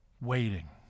waiting